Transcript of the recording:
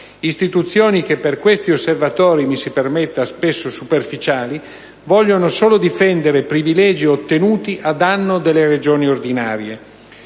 istituzioni che per questi osservatori, mi si permetta, spesso superficiali, vogliono solo difendere privilegi ottenuti a danno delle Regioni ordinarie.